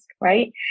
right